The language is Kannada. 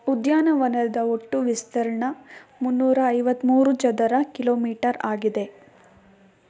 ಉದ್ಯಾನವನದ ಒಟ್ಟು ವಿಸ್ತೀರ್ಣ ಮುನ್ನೂರ ಐವತ್ತ್ಮೂರು ಚದರ ಕಿಲೊಮೀಟರ್ ಆಗಿದೆ